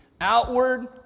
outward